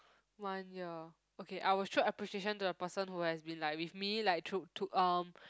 one year okay I will show appreciation to the person who has been like with me like through through um